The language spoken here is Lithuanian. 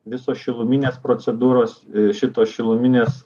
visos šiluminės procedūros šitos šiluminės